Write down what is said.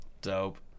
Dope